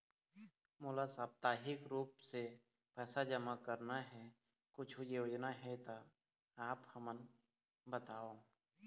मोला साप्ताहिक रूप से पैसा जमा करना हे, कुछू योजना हे त आप हमन बताव?